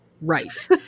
right